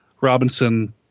Robinson